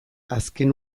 azken